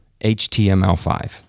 HTML5